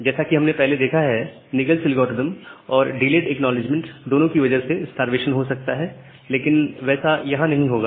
जैसा कि हमने पहले देखा है निगलस एल्गोरिदम और डिलेड एक्नॉलेजमेंट दोनों की वजह से स्टार्वेशन हो सकता है लेकिन वैसा यहां नहीं होगा